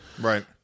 right